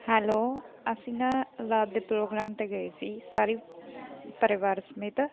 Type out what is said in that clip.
hello ਅਸੀਂ ਨਾ ਰਾਤ ਦੇ ਪ੍ਰੋਗਰਾਮ 'ਤੇ ਗਏ ਸੀ ਸਾਰੇ ਪਰਿਵਾਰ ਸਮੇਤ